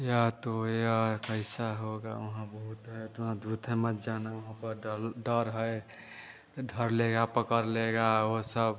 यह तो यार कैसा होगा वहाँ भूत है तो वहाँ भूत है मत जाना वहाँ पर डल डर है धर लेगा पकड़ लेगा वह सब